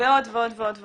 ועוד ועוד ועוד ועוד.